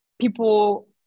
people